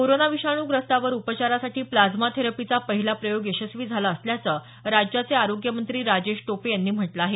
corona विषाणूग्रस्तावर उपचारासाठी plasma थेरपीचा पहिला प्रयोग यशस्वी झाला असल्याचं राज्याचे आरोग्यमंत्री राजेश टोपे यांनी म्हटलं आहे